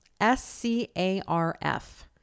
S-C-A-R-F